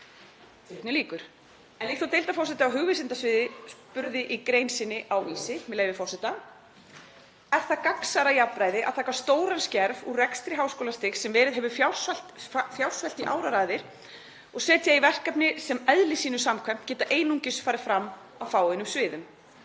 En líkt og deildarforseti á hugvísindasviði spurði í grein sinni á Vísi, með leyfi forseta: „Er það „gagnsærra jafnræði“ að taka stóran skerf úr rekstri háskólastigs sem verið hefur fjársvelt í áraraðir og setja í verkefni sem eðli sínu samkvæmt geta einungis farið fram á fáeinum sviðum?“